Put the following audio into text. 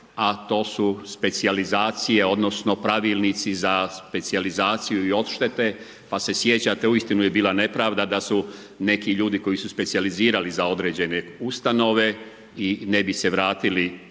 a to su specijalizacije odnosno pravilnici za specijalizaciju i odštete pa se sjećate uistinu je bila nepravda da su neki ljudi koji su specijalizirani za određene ustanove, ne bi se vratili prema